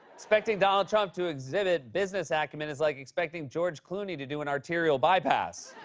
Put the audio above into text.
expecting donald trump to exhibit business acumen is like expecting george clooney to do an arterial bypass.